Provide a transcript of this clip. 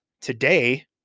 today